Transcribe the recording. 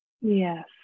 Yes